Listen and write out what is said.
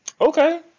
Okay